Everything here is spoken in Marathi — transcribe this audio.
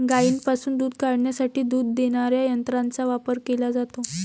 गायींपासून दूध काढण्यासाठी दूध देणाऱ्या यंत्रांचा वापर केला जातो